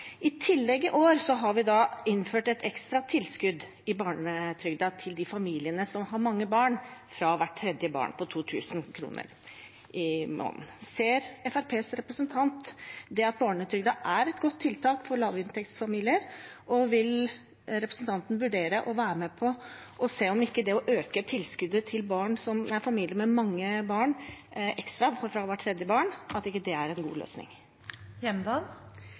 I tillegg har vi i år innført et ekstra tilskudd til barnetrygden på 2 000 kr i måneden fra hvert tredje barn til de familiene som har mange barn. Ser Fremskrittspartiets representant at barnetrygden er et godt tiltak for lavinntektsfamilier, og vil representanten vurdere å være med på å se om ikke det å øke tilskuddet fra hvert tredje barn til familier med mange barn er en god løsning?